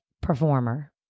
performer